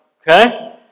okay